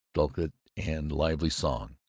dulcet and lively song